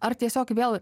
ar tiesiog vėl